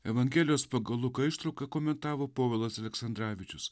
evangelijos pagal luką ištrauką komentavo povilas aleksandravičius